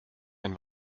ein